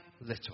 little